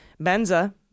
Benza